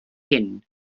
hyn